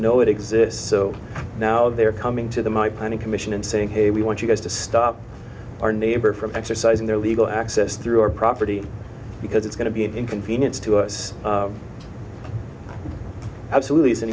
it exists so now they are coming to the my planning commission and saying hey we want you guys to stop our neighbor from exercising their legal access through our property because it's going to be an inconvenience to us absolutely it's an